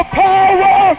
power